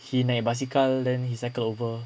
he naik basikal then he cycled over